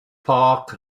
park